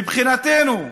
מבחינתנו,